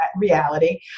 reality